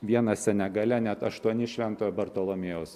vieną senegale net aštuoni švento bartolomėjaus